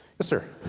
yes sir.